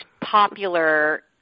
popular